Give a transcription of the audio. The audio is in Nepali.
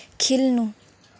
खेल्नु